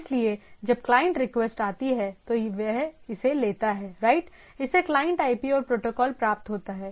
इसलिए जब client request आती है तो वह इसे लेता है राइट इसे क्लाइंट आईपी और प्रोटोकॉल प्राप्त होता है